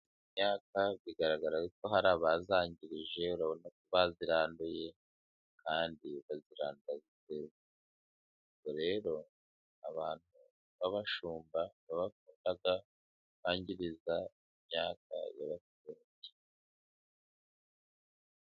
Iyi myaka bigaragara ko hari abazangirije, urabona ko baziranduye Kandi bayirandura iteze, Ubwo rero abantu b'ababashumba ni bo bakunda kwangiriza imyaka y'abaturage.